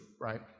right